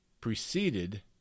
preceded